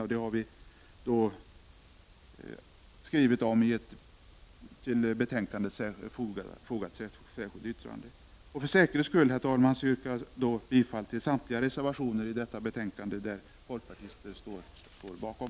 Om detta har vi skrivit i ett till betänkandet fogat särskilt yttrande. För säkerhets skull, herr talman, yrkar jag bifall till samtliga reservationer till detta betänkande som folkpartister står bakom.